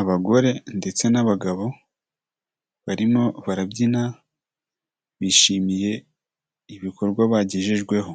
Abagore ndetse n'abagabo barimo barabyina, bishimiye ibikorwa bagejejweho,